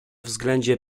względzie